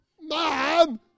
mom